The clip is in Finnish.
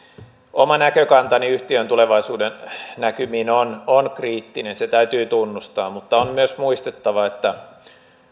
oma näkökantani yhtiön tulevaisuuden näkymiin on on kriittinen se täytyy tunnustaa mutta on myös muistettava että